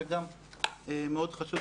זה גם מאוד חשוב,